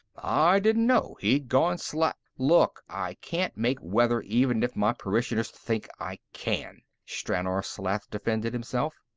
i didn't know he'd gone slack look, i can't make weather, even if my parishioners think i can, stranor sleth defended himself.